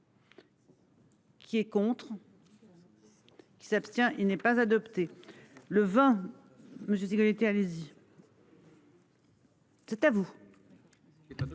Qui est contre. Qui s'abstient. Il n'est pas adopté le vent. Monsieur Sécurité, allez-y. C'est à vous.